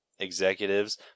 executives